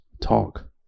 talk